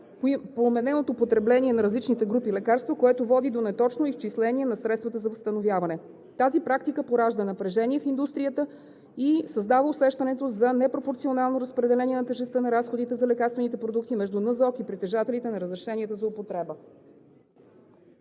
промененото потребление на различните групи лекарства, което води до неточно изчисление на средствата за възстановяване. Тази практика поражда напрежение в индустрията и създава усещането за непропорционално разпределяне на тежестта на разходите за лекарствените продукти между Националната здравноосигурителна каса и притежателите на разрешения за употреба.